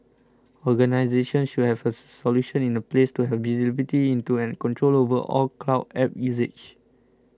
organisations should have a solution in place to have visibility into and control over all cloud apps usage